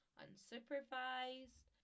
unsupervised